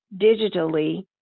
digitally